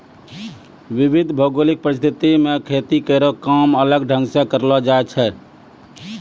विविध भौगोलिक परिस्थिति म खेती केरो काम अलग ढंग सें करलो जाय छै